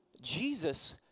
Jesus